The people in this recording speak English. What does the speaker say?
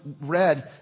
read